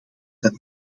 dat